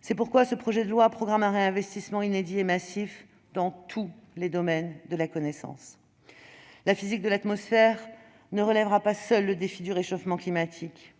C'est pourquoi ce projet de loi programme un réinvestissement inédit et massif dans tous les domaines de la connaissance. La physique de l'atmosphère ne relèvera pas seule le défi du réchauffement climatique ;